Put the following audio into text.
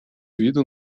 виду